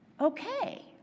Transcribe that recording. okay